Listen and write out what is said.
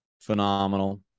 phenomenal